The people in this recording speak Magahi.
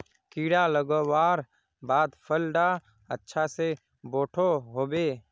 कीड़ा लगवार बाद फल डा अच्छा से बोठो होबे?